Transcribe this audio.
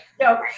No